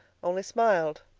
only smiled,